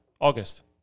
August